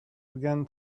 began